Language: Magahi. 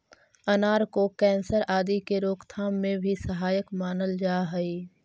अनार को कैंसर आदि के रोकथाम में भी सहायक मानल जा हई